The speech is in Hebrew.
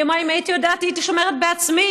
היא אמרה: אם הייתי יודעת, הייתי שומרת בעצמי.